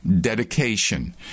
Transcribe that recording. dedication